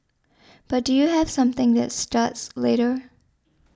but do you have something that starts later